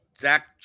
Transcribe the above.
Zach